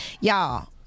Y'all